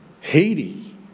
Haiti